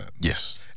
Yes